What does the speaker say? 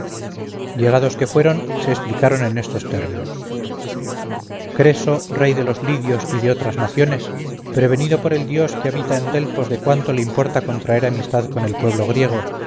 llegados que fueron se explicaron en estos términos creso rey de los lidios y de otras naciones prevenido por el dios que habita en delfos de cuánto le importa contraer amistad con el pueblo griego